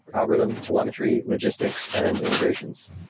algorithm, telemetry, logistics and integrations.